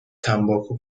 تنباکو